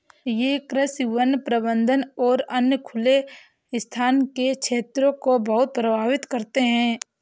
ये कृषि, वन प्रबंधन और अन्य खुले स्थान के क्षेत्रों को बहुत प्रभावित करते हैं